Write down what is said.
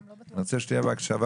אני רוצה שתהיה בהקשבה